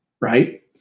right